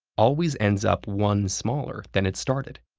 always ends up one smaller than it started.